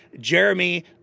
Jeremy